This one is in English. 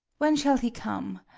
when shall he come?